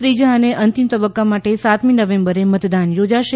ત્રીજા અને અંતિમ તબક્કા માટે સાતમી નવેમ્બરે મતદાન યોજાશે